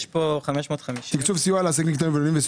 תקצוב סיוע לעסקים קטנים ובינוניים.